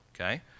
Okay